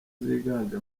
ziganje